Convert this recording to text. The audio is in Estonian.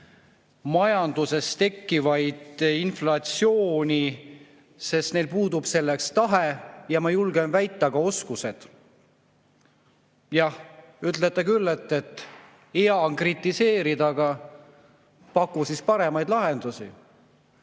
majanduses tekkivat inflatsiooni, sest neil puudub selleks tahe ja ma julgen väita, et ka oskused. Jah, ütlete küll, et hea on kritiseerida ja paku siis paremaid lahendusi.